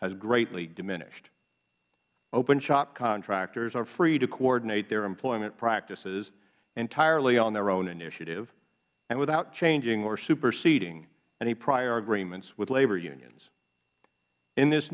has greatly diminished open shop contractors are free to coordinate their employment practices entirely on their own initiative and without changing or superseding any prior agreements with labor unions in this